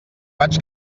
vaig